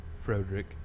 Frederick